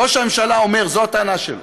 ראש הממשלה אומר, זו הטענה שלו,